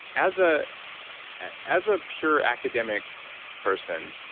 as ah as a pure academic person,